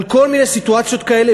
על כל מיני סיטואציות כאלה,